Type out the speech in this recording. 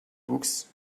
books